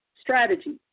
strategy